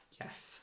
yes